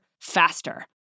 faster